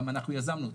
גם אנחנו יזמנו אותה.